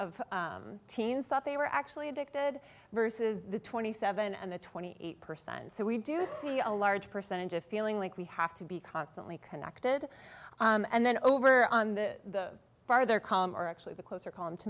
of teens thought they were actually addicted versus the twenty seven and the twenty eight percent so we do see a large percentage of feeling like we have to be constantly connected and then over on the farther calmer actually the closer column to